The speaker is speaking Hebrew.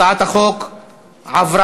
הצעת החוק עברה,